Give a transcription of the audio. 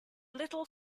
little